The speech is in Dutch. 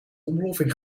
ontploffing